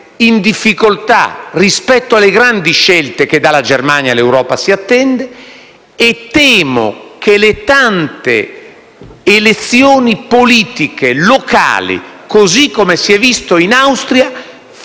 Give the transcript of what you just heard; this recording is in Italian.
in difficoltà rispetto alle grandi scelte che dalla Germania l'Europa si attende e temo che le tante elezioni politiche locali, così come si è visto in Austria,